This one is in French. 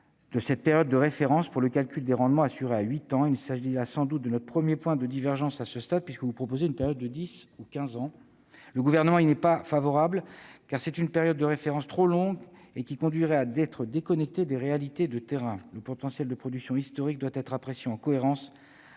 de la période de référence pour le calcul des rendements assurés. Il s'agit du premier point de divergence entre nous, puisque vous proposez une période de dix ou quinze ans. Le Gouvernement n'y est pas favorable : une période de référence trop longue conduirait à une déconnexion des réalités de terrain. Le potentiel de production historique doit être apprécié en cohérence